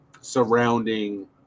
surrounding